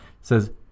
Says